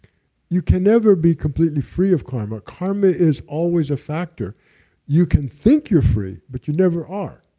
you can never be completely free of karma, karma is always a factor you can think you're free, but you never are.